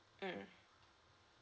mm